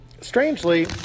Strangely